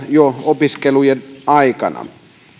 jo opiskelujen aikana